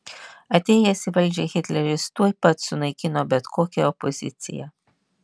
atėjęs į valdžią hitleris tuoj pat sunaikino bet kokią opoziciją